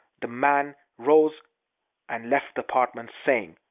the man rose and left the apartment, saying,